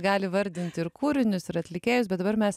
gali vardinti ir kūrinius ir atlikėjus bet dabar mes